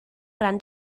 ran